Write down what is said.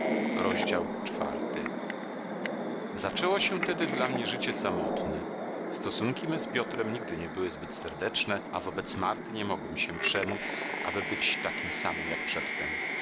już niepodobna zaczęło się tedy dla mnie życie samotne stosunki me z piotrem nigdy nie były zbyt serdeczne a wobec marty nie mogłem się przemóc aby być takim samym jak przedtem coś